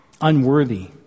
unworthy